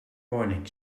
morning